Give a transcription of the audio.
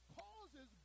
causes